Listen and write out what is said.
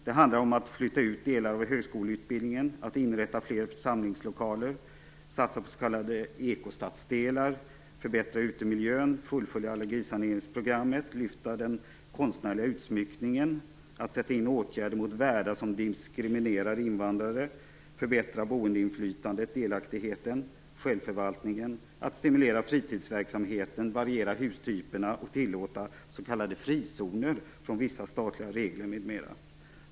Det handlar om att flytta ut delar av högskoleutbildningen, inrätta fler samlingslokaler, satsa på s.k. ekostadsdelar, förbättra utemiljön, fullfölja allergisaneringsprogrammet, lyfta den konstnärliga utsmyckningen, sätta in åtgärder mot värdar som diskriminerar invandrare, förbättra boendeinflytandet, delaktigheten och självförvaltningen, stimulera fritidsverksamheten, variera hustyperna, tillåta s.k. frizoner från vissa statliga regler m.m.